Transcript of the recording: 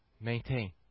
Maintain